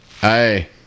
Hey